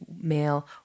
male